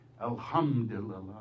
Alhamdulillah